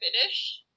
finish